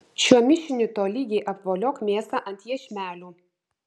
šiuo mišiniu tolygiai apvoliok mėsą ant iešmelių